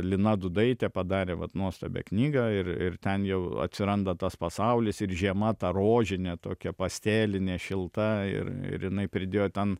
lina dudaitė padarė vat nuostabią knygą ir ir ten jau atsiranda tas pasaulis ir žiema ta rožinė tokia pastelinė šilta ir ir jinai pridėjo ten